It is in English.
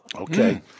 Okay